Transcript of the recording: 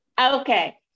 Okay